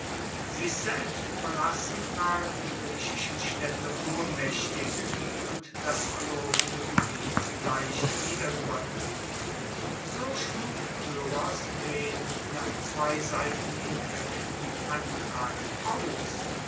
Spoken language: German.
sich selbst ueberlassen waren die griechischen staedte ohnmaechtig und das verlorene gebiet leicht wiedergewonnen so schlug pyrrhos den nach zwei seiten hin perfiden antrag aus